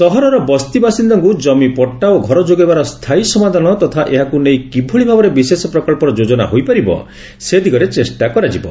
ସହରର ବସ୍ତି ବାସିନ୍ଦାଙ୍କୁ ଜମିପଟ୍ଟା ଓ ଘର ଯୋଗାଇବାର ସ୍କାୟୀ ସମାଧାନ ତଥା ଏହାକ ନେଇ କିଭଳି ଭାବରେ ବିଶେଷ ପ୍ରକ୍ସର ଯୋଜନା ହୋଇପାରିବ ସେ ଦିଗରେ ଚେଷ୍ଟା କରାଯିବ